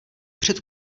před